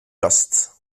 lust